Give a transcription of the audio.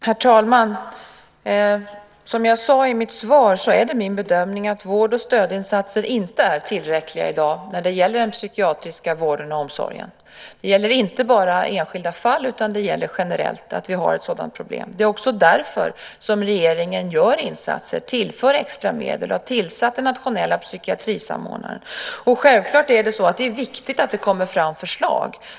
Herr talman! Som jag sade i mitt svar är det min bedömning att vård och stödinsatser inte är tillräckliga i dag när det gäller den psykiatriska vården och omsorgen. Det gäller inte bara enskilda fall, utan det gäller generellt. Vi har ett sådant problem. Det är också därför regeringen gör insatser, tillför extra medel och har tillsatt den nationella psykiatrisamordnaren. Självfallet är det viktigt att det kommer fram förslag.